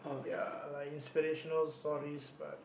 ya like inspirational stories but